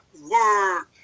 word